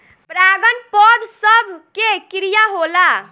परागन पौध सभ के क्रिया होला